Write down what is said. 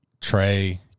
Trey